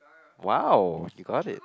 !wow! you got it